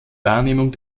wahrnehmung